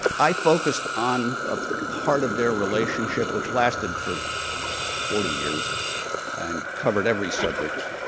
i focused on a part of their relationship which lasted for forty years and covered every subject.